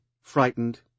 frightened